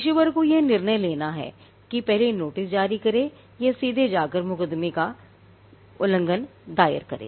पेशेवर को यह एक निर्णय लेना है कि पहले नोटिस जारी करे या सीधे जाकर उल्लंघन का मुकदमा दायर करे